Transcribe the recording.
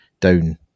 down